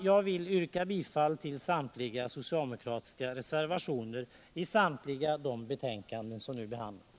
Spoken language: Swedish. Jag vill yrka bifall till samtliga socialdemokratiska reservationer i samtliga de betänkanden som nu behandlas.